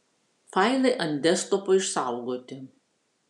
failai ant desktopo išsaugoti